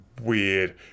weird